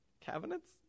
cabinets